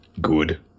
good